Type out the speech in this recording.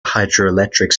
hydroelectric